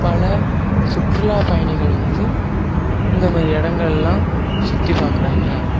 பல சுற்றுலா பயணிகள் வந்து இந்த மாதிரி இடங்கள்லாம் சுற்றி பாக்கிறாங்க